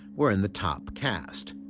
were in the top caste.